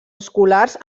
escolars